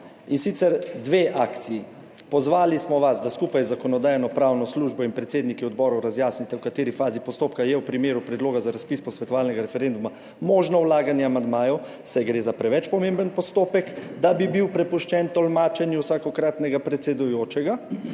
in sicer dve akciji. Pozvali smo vas, da skupaj z Zakonodajno-pravno službo in predsedniki odborov razjasnite, v kateri fazi postopka je v primeru predloga za razpis posvetovalnega referenduma možno vlaganje amandmajev, saj gre za preveč pomemben postopek, da bi bil prepuščen tolmačenju vsakokratnega predsedujočega